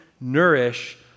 nourish